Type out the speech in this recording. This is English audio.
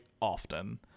often